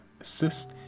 assist